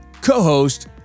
co-host